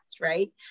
right